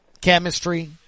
chemistry